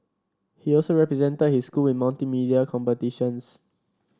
he also represented his school in multimedia competitions